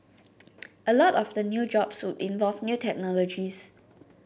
a lot of the new jobs would involve new technologies